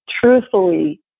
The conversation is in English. truthfully